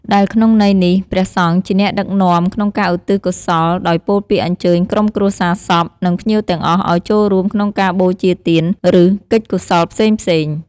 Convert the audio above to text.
ដែលក្នុងន័យនេះ ព្រះសង្ឃជាអ្នកដឹកនាំក្នុងការឧទ្ទិសកុសល ដោយពោលពាក្យអញ្ជើញក្រុមគ្រួសារសព និងភ្ញៀវទាំងអស់ឲ្យចូលរួមក្នុងការបូជាទាន ឬកិច្ចកុសលផ្សេងៗ។